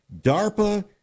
DARPA